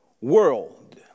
world